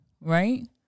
right